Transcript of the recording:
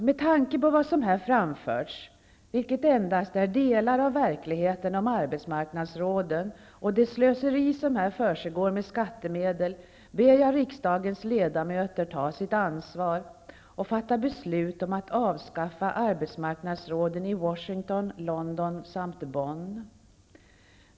Med tanke på vad som här framförts, vilket endast är delar av verkligheten om arbetsmarknadsråden och det slöseri som här försiggår med skattemedel, ber jag riksdagens ledamöter ta sitt ansvar och fatta beslut om att avskaffa arbetsmarknadsråden i Washington, London och Bonn.